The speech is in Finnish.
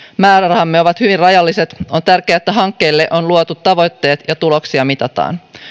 määrärahat ovat hyvin rajalliset on tärkeää että hankkeille on luotu tavoitteet ja tuloksia mitataan